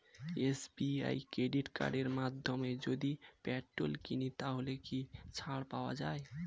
SBI credit কার্ডের মাধ্যমে যদি পেট্রোল কিনি তাহলে কি ছাড় পাওয়া যায়?